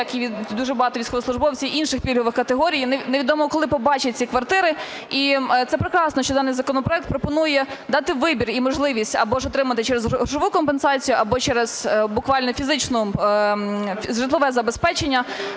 як і дуже багато військовослужбовців, інших пільгових категорій, невідомо коли побачать ці квартири. І це прекрасно, що даний законопроект пропонує дати вибір і можливість або ж отримати через грошову компенсацію, або через буквально фізичне житлове забезпечення,